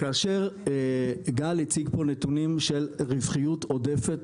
כאשר גל הציג פה נתונים של רווחיות עודפת,